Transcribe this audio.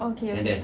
okay okay